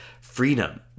freedom